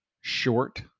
short